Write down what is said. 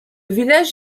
village